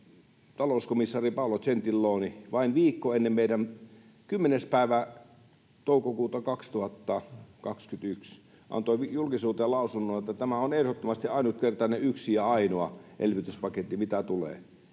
tämä on ehdottomasti ainutkertainen, yksi ja ainoa elvytyspaketti, mikä tulee.